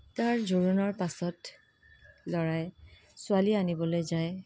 তাৰ জোৰোণৰ পাছত ল'ৰাই ছোৱালী আনিবলৈ যায়